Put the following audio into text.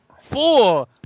four